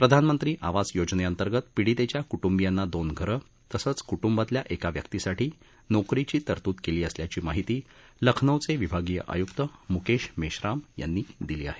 प्रधानमंत्री आवास योजनेअंतर्गत पिडीतेच्या क्ट्ंबियांना दोन घरं तसंच क्ट्ंबातल्या एका व्यक्तीसाठी नोकरीची तरतूद केली असल्याची माहिती लखनौचे विभागीय आय्क्त म्केश मेश्राम यांनी दिली आहे